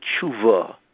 tshuva